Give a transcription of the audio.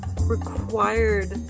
required